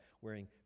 wearing